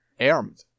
Armed